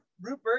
Rupert